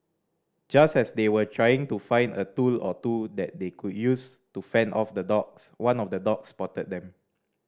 just as they were trying to find a tool or two that they could use to fend off the dogs one of the dogs spotted them